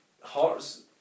Hearts